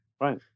Right